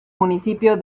municipio